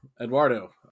Eduardo